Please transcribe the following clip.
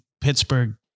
Pittsburgh